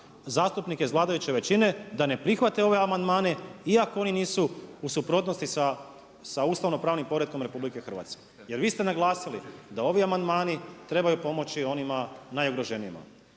zastupnike iz vladajuće većine da ne prihvate ove amandmane, iako oni nisu u suprotnosti sa ustavno-pravnim poretkom RH. Jer vi ste naglasili da ovi amandmani trebaju pomoći onima najugroženijima.